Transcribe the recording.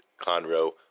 conroe